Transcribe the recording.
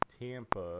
Tampa